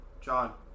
John